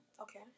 Okay